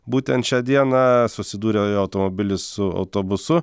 būtent šią dieną susidūrė jo automobilis su autobusu